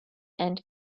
and